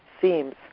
seems